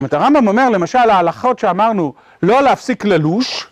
אז הרמב״ם אומר, למשל, ההלכות שאמרנו, לא להפסיק ללוש.